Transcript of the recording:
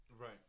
Right